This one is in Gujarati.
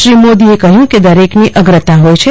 શ્રી મોદીએ કહયું કે દરેકની અગ્રતા હોય છે